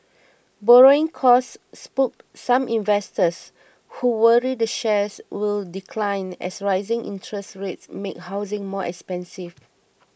borrowing costs spooked some investors who worry the shares will decline as rising interest rates make housing more expensive